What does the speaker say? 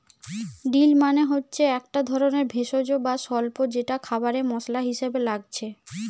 deal মানে হচ্ছে একটা ধরণের ভেষজ বা স্বল্প যেটা খাবারে মসলা হিসাবে লাগছে